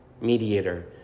mediator